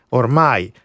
ormai